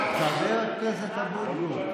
חבר הכנסת גינזבורג.